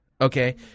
Okay